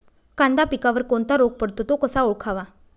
कांदा पिकावर कोणता रोग पडतो? तो कसा ओळखावा?